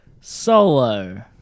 Solo